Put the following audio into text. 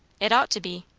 it ought to be.